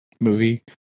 movie